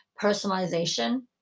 personalization